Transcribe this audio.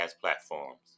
platforms